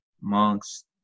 monks